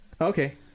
Okay